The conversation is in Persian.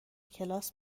کلاس